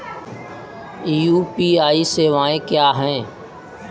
UPI सवायें क्या हैं?